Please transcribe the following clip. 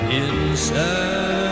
inside